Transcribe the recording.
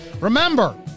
Remember